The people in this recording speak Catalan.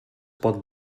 pot